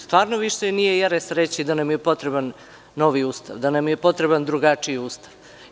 Stvarno više nije jeres reći da nam je potreban novi Ustav, da nam je potreban drugačiji Ustav.